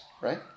right